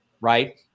right